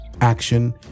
action